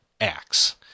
Acts